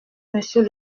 monsieur